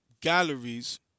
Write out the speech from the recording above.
galleries